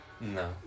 No